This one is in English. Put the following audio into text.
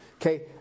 Okay